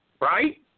right